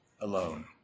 alone